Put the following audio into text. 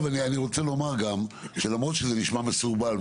אני רוצה לומר גם שלמרות שזה נשמע מסורבל,